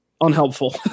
unhelpful